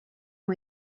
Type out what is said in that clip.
ont